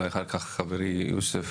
אחר כך אולי חברי יוסף